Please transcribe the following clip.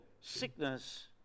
sickness